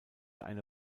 eine